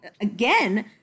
again